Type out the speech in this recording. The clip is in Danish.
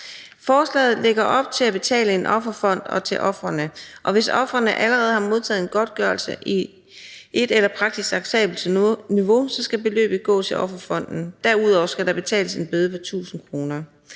Forslaget lægger op til at betale til en offerfond, så hvis et offer allerede har modtaget en godtgørelse på et efter praksis acceptabelt niveau, skal beløbet gå til offerfonden. Derudover skal der betales en bøde på 1.000 kr.